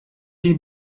die